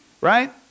right